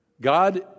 God